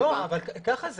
ככה זה.